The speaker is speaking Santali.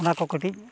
ᱚᱱᱟ ᱠᱚ ᱠᱟᱹᱴᱤᱡ